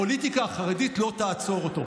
הפוליטיקה החרדית לא תעצור אותו.